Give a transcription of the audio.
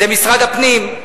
זה משרד הפנים,